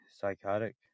psychotic